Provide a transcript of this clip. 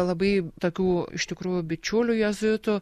labai tokių iš tikrųjų bičiulių jėzuitų